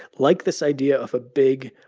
like this idea of a big,